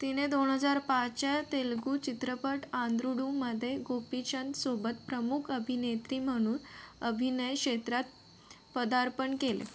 तिने दोन हजार पाचच्या तेलुगू चित्रपट आन्ध्रुडुमध्ये गोपीचंदसोबत प्रमुख अभिनेत्री म्हणून अभिनय क्षेत्रात पदार्पण केले